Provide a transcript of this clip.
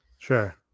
Sure